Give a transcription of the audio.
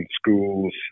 schools